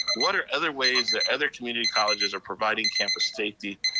what are other ways that other community colleges are providing campus safety,